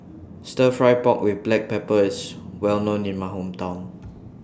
Stir Fry Pork with Black Pepper IS Well known in My Hometown